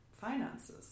finances